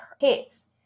hits